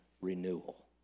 renewal